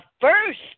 first